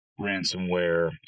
ransomware